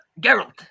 Geralt